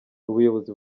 ubuyobozi